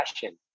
passion